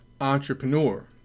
entrepreneur